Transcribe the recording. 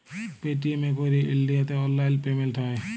Paytm এ ক্যইরে ইলডিয়াতে অললাইল পেমেল্ট হ্যয়